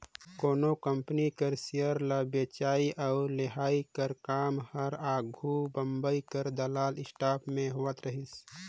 कोनो कंपनी कर सेयर ल बेंचई अउ लेहई कर काम हर आघु बंबई कर दलाल स्टीक में होवत रहिस